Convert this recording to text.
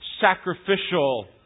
sacrificial